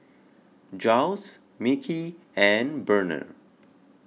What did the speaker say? Jiles Micky and Burnell